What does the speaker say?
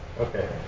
Okay